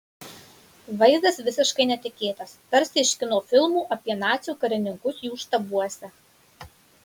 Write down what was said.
vaizdas visiškai netikėtas tarsi iš kino filmų apie nacių karininkus jų štabuose